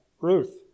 Ruth